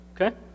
Okay